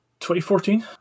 2014